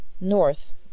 north